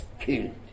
killed